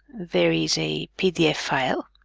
there is a pdf file,